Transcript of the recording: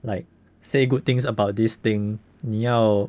like say good things about this thing 你要